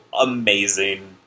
amazing